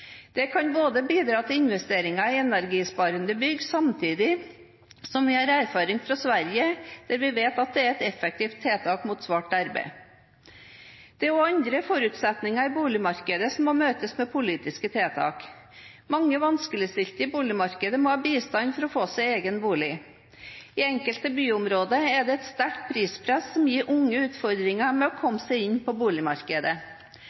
Det kan bidra til investeringer i energisparende bygg, samtidig som vi har erfaring fra Sverige, der vi vet at det er et effektivt tiltak mot svart arbeid. Det er også andre forutsetninger i boligmarkedet som må møtes med politiske tiltak. Mange vanskeligstilte i boligmarkedet må ha bistand for å få seg egen bolig. I enkelte byområder er det et sterkt prispress, som gir unge utfordringer med å